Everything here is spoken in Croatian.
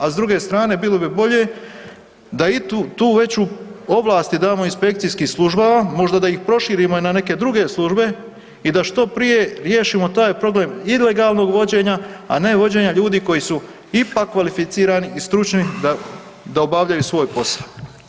A s druge strane bilo bi bolje da i tu veću ovlast damo inspekcijskim službama, možda da ih proširimo i na neke druge službe i da što prije riješimo taj problem ilegalnog vođenja, a ne vođenja ljudi koji su ipak kvalificirani i stručni da obavljaju svoj posao.